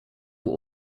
were